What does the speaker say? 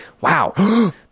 wow